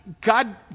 God